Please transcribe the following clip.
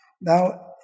Now